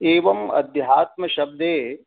एवं अध्यात्मशब्दे